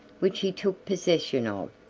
which he took possession of.